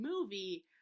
movie